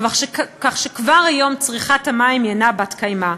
כך שכבר היום צריכת המים אינה בת-קיימא.